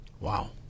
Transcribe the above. Wow